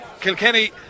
Kilkenny